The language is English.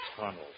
tunnels